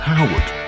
Howard